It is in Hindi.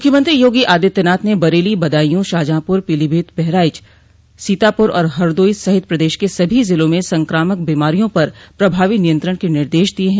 मुख्यमंत्री योगी आदित्यनाथ ने बरेली बदायूं शाहजहांपुर पीलीभीत बहराइच सीतापुर और हरदोई सहित प्रदेश के सभी जिलों में संक्रामक बीमारियों पर प्रभावी नियंत्रण के निर्देश दिये हैं